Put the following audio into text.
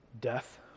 death